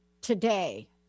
today